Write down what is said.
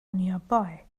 nearby